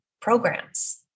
programs